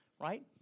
right